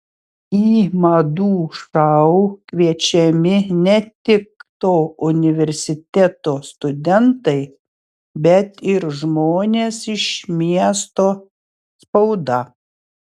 į madų šou kviečiami ne tik to universiteto studentai bet ir žmonės iš miesto spauda